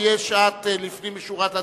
ויש שעת לפנים משורת הדין,